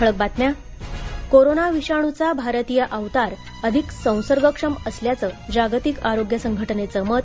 ठळक बातम्या कोरोना विषाणूचा भारतीय अवतार अधिक संसर्गक्षम असल्याचं जागतिक आरोग्यसंघटनेचं मत